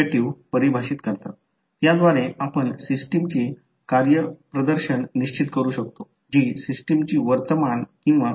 तीच गोष्ट घडेल समजा दुसरी गोष्ट घडू शकते ती मला तीच गोष्ट स्पष्ट करू द्या समजा हा डॉट इथे नाही समजा मी तो डॉट कॉइलवर इथे ठेवला आहे